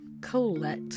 Colette